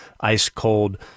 ice-cold